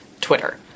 Twitter